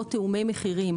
או תיאומי מחירים,